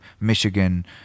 michigan